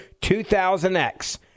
2000X